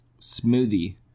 smoothie